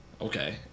Okay